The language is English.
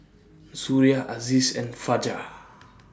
Suria Aziz and Fajar